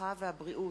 הרווחה והבריאות,